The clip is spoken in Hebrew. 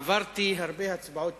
עברתי הרבה הצבעות